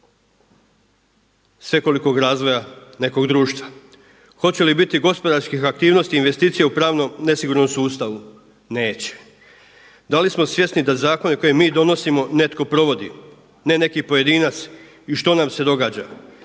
svekolikog razvoja nekog društva. Hoće li biti gospodarskih aktivnosti, investicija u pravno nesigurnom sustavu? Neće. Da li smo svjesni da zakone koje mi donosimo netko provodi, ne neki pojedinac i što nam se događa?